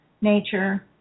nature